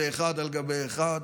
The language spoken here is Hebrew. זה אחד על גבי אחד,